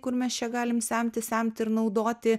kur mes čia galim semti semti ir naudoti